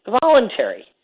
voluntary